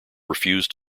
refused